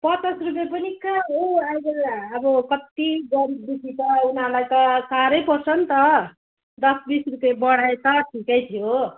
पचास रुपियाँ पनि कहाँ हो अहिले अब कति गरिब दुखी छ उनीहरूलाई त साह्रै पर्छ नि त दस बिस रुपियाँ बढाए त ठिकै थियो